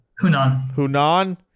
Hunan